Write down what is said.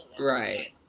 Right